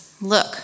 Look